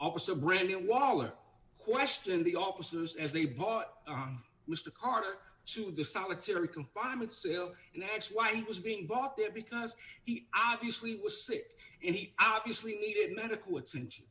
officer brandon waller questioned the officers as they bought mr carter to the solitary confinement cell and that's why he was being brought there because he obviously was sick and he obviously needed medical attention